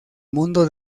mundo